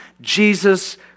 Jesus